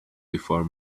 before